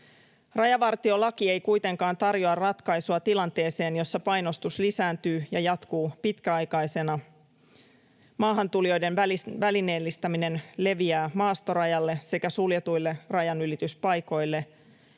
Rajavartiolaki ei kuitenkaan tarjoa ratkaisua tilanteeseen, jossa painostus lisääntyy ja jatkuu pitkäaikaisena, maahantulijoiden välineellistäminen leviää maastorajalle sekä suljetuille rajanylityspaikoille